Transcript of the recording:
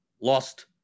Lost